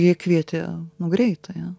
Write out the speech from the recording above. jie kvietė nu greitąją